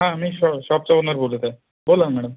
हां मी श शॉपचा ओनर बोलत आहे बोला ना मॅडम